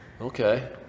Okay